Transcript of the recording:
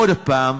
עוד פעם,